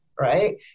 right